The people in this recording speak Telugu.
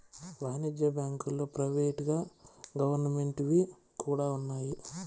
వాణిజ్య బ్యాంకుల్లో ప్రైవేట్ వి గవర్నమెంట్ వి కూడా ఉన్నాయి